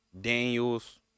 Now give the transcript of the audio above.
Daniels